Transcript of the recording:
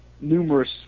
numerous